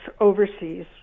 overseas